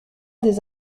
des